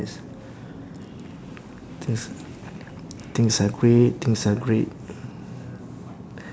things are things are great things are great